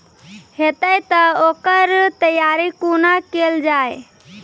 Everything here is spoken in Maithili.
हेतै तअ ओकर तैयारी कुना केल जाय?